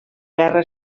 guerra